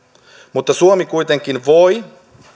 mutta suomi kuitenkin voi